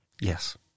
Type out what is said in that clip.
Yes